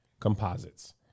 Composites